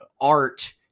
art